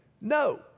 no